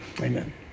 Amen